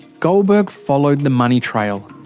goldberg followed the money trail.